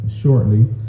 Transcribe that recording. shortly